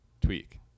tweak